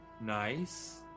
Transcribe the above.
Nice